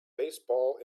baseball